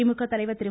திமுக தலைவர் திரு